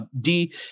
D-